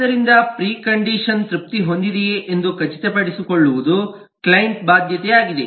ಆದ್ದರಿಂದ ಪ್ರಿಕಂಡಿಷನ್ ತೃಪ್ತಿ ಹೊಂದಿದೆಯೆ ಎಂದು ಖಚಿತಪಡಿಸಿಕೊಳ್ಳುವುದು ಕ್ಲೈಂಟ್ ನ ಬಾಧ್ಯತೆಯಾಗಿದೆ